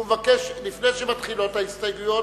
הוא מבקש, לפני שמתחילות ההסתייגויות,